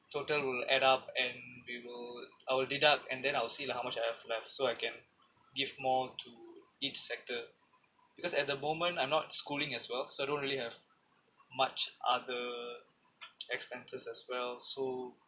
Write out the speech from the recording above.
total will add up and we will I will deduct and then I will see like how much I have left so I can give more to each sector because at the moment I'm not schooling as well so I don't really have much other expenses as well so